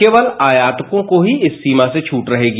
केवल आयातकों को इस सीमा से फ्रूट रहेगी